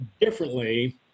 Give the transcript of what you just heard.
differently